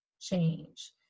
change